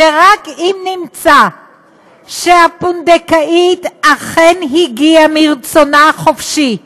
ורק אם נמצא שהפונדקאית אכן הגיעה מרצונה החופשי,